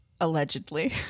allegedly